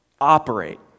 operate